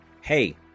hey